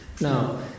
Now